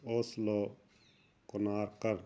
ਉਸਲੋ ਕੋਨਾਕਰ